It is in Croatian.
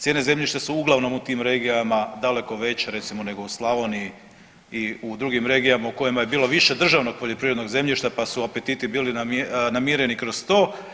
Cijene zemljišta su uglavnom u tim regijama daleko veće nego recimo u Slavoniji i u drugim regijama u kojima je bilo više državnog poljoprivrednog zemljišta, pa su apetiti bili namireni kroz to.